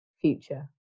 future